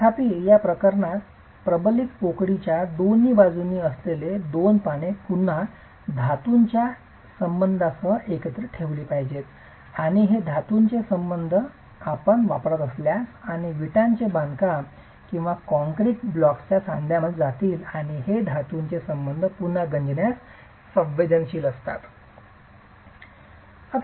तथापि या प्रकरणात प्रबलित पोकळीच्या दोन्ही बाजूंनी असलेली दोन पाने पुन्हा धातुच्या संबंधासह एकत्र ठेवली पाहिजेत आणि हे धातूचे संबंध आपण वापरत असल्यास आणि विटांचे बांधकाम किंवा काँक्रीट ब्लॉक्सच्या सांध्यामध्ये जातील आणि हे धातूचे संबंध पुन्हा गंजण्यास संवेदनशील असतात